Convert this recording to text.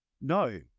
no